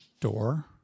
door